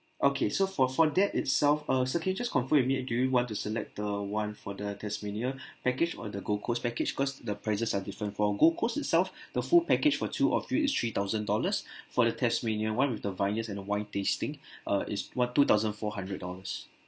okay so for for that itself uh sir can you just confirm with me do you want to select the one for the tasmania package or the gold coast package because the prices are different for gold coast itself the full package for two of you is three thousand dollars for the tasmania one with the vineyards and the wine tasting uh is one two thousand four hundred dollars